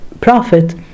Prophet